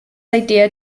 idea